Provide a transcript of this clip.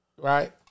right